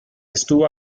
estuvo